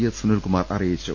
S Sunilkumar അറിയിച്ചു